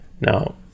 Now